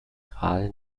gerade